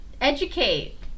educate